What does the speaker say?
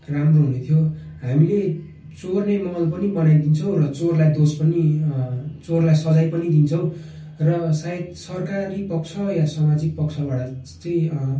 राम्रो हुने थियो हामीले चोर्ने माहोल पनि बनाइदिन्छौँ र चोरलाई दोष पनि अँ चोरलाई सजाय पनि दिन्छौँ र सायद सरकारी पक्ष या सामाजिक पक्षबाट चाहिँ अँ